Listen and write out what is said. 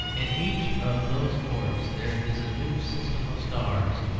in each of those orbs there is a new system of stars,